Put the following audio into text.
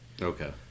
Okay